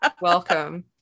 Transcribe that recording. welcome